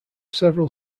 several